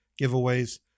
Giveaways